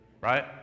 right